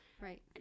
Right